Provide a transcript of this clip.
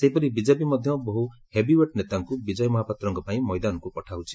ସେହିପରି ବିଜେପି ମଧ୍ଧ ବହୁ ହେଭିଓ୍ୱେଟ୍ ନେତାଙ୍କୁ ବିଜୟ ମହାପାତ୍ରଙ୍କ ପାଇଁ ମଇଦାନକୁ ପଠାଉଛି